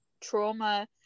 trauma